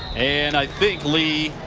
and i think lee